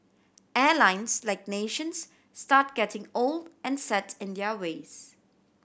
airlines like nations start getting old and set in their ways